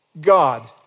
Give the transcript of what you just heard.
God